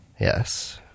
Yes